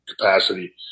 capacity